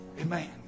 Amen